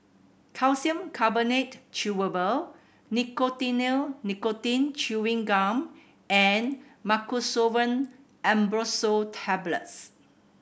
Calcium Carbonate Chewable Nicotinell Nicotine Chewing Gum and Mucosolvan Ambroxol Tablets